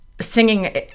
singing